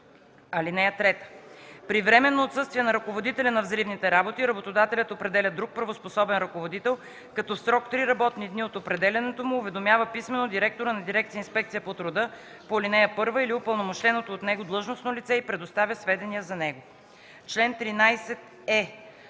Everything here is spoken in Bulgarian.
отказ. (3) При временно отсъствие на ръководителя на взривните работи работодателят определя друг правоспособен ръководител, като в срок три работни дни от определянето му уведомява писмено директора на дирекция „Инспекция по труда” по ал. 1 или упълномощеното от него длъжностно лице и предоставя сведения за него. Чл. 13е.